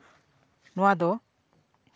ᱱᱚᱣᱟ ᱫᱚ